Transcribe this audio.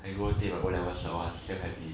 I go take my O level sure ah so happy